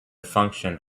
function